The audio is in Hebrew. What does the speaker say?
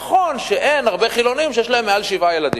נכון שאין הרבה חילונים שיש להם מעל שבעה ילדים.